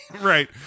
Right